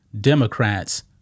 Democrats